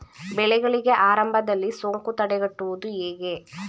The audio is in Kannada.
ಬೆಳೆಗಳಿಗೆ ಆರಂಭದಲ್ಲಿ ಸೋಂಕು ತಡೆಗಟ್ಟುವುದು ಹೇಗೆ?